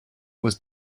was